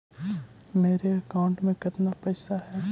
मेरे अकाउंट में केतना पैसा है?